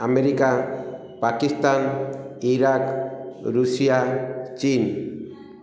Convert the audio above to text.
America Pakistan Iraq Russia Chin